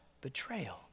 betrayal